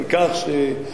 הוא התנצל, אבל.